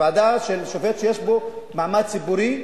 ועדה של שופט שיש לו מעמד ציבורי,